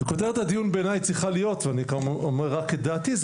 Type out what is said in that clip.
וכותרת הדיון בעיני צריכה להיות ואני אומר רק את דעתי,